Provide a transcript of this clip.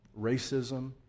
racism